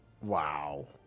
Wow